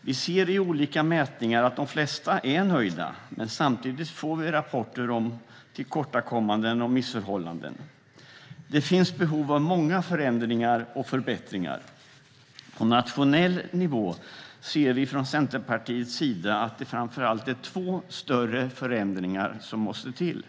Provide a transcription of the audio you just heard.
Vi ser i olika mätningar att de flesta är nöjda, men samtidigt får vi rapporter om tillkortakommanden och missförhållanden. Det finns behov av många förändringar och förbättringar. På nationell nivå ser vi från Centerpartiets sida att det framför allt är två större förändringar som måste till.